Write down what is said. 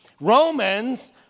Romans